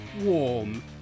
warm